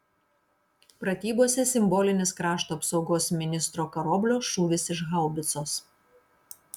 pratybose simbolinis krašto apsaugos ministro karoblio šūvis iš haubicos